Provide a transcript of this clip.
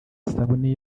isabune